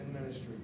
ministry